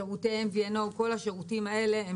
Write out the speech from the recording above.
שירותי MVNO - כל השירותים האלה הם